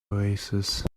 oasis